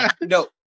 No